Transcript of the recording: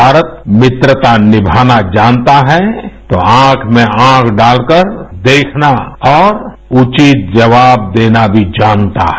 भारत मित्रता निभाना जानता है तो आँख में आँख डालकर देखना और उचित जवाब देना भी जानता है